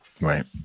Right